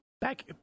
Back